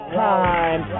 time